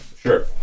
Sure